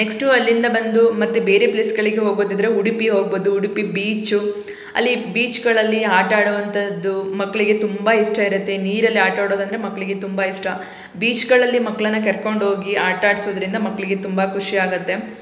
next ಅಲ್ಲಿಂದ ಬಂದು ಮತ್ತೆ ಬೇರೆ ಪ್ಲೇಸ್ಗಳಿಗೆ ಹೋಗೋದಿದ್ದರೆ ಉಡುಪಿ ಹೋಗ್ಬೋದು ಉಡುಪಿ ಬೀಚು ಅಲ್ಲಿ ಬೀಚ್ಗಳಲ್ಲಿ ಆಟಾಡುವಂಥದ್ದು ಮಕ್ಕಳಿಗೆ ತುಂಬ ಇಷ್ಟ ಇರುತ್ತೆ ನೀರಲ್ಲಿ ಆಟಾಡೋದಂದರೆ ಮಕ್ಕಳಿಗೆ ತುಂಬ ಇಷ್ಟ ಬೀಚ್ಗಳಲ್ಲಿ ಮಕ್ಕಳನ್ನ ಕರ್ಕೊಂಡೋಗಿ ಆಟಾಡಿಸೋದ್ರಿಂದ ಮಕ್ಕಳಿಗೆ ತುಂಬ ಖುಷಿಯಾಗುತ್ತೆ